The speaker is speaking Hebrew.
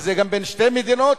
אבל זה גם בין שתי מדינות,